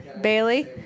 Bailey